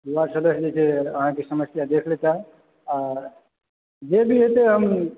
ward सदस्य जे छै आहाँकेँ समस्या देखि लेताह आ जे भी हेतै हम